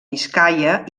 biscaia